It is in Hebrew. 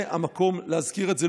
זה המקום להזכיר את זה,